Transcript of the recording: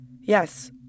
Yes